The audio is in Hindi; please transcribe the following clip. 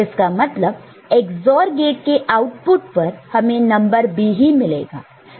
इसका मतलब XOR गेट के आउटपुट पर हमें नंबर B ही मिलेगा